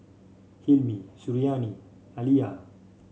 Hilmi Suriani Alya